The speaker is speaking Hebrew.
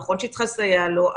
נכון שהיא צריכה לסייע לו,